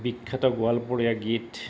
বিখ্যাত গোৱালপৰীয়া গীত